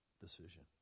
decision